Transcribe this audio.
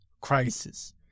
crisis